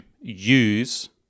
use